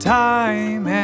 time